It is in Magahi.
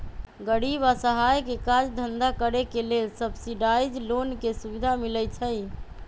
गरीब असहाय के काज धन्धा करेके लेल सब्सिडाइज लोन के सुभिधा मिलइ छइ